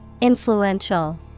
Influential